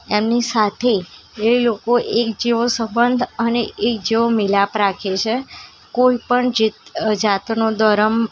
એમની સાથે એ લોકો એક જેવો સંબંધ અને એક જેવો મિલાપ રાખે છે કોઈપણ જે જાતનો ધર્મ